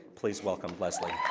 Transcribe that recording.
please welcome leslie.